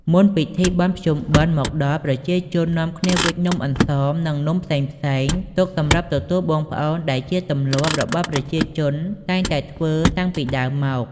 មុនពិធីបុណ្យភ្ជុំបិណ្ឌមកដល់ប្រជាជននាំគ្នាវិចនំអន្សម និងនំផ្សេងៗទុកសម្រាប់ទទួលបងប្អូនដែលជាទម្លាប់របស់ប្រជាជនតែងតែធ្វើតាំងពីដើមមក។